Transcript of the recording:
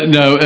no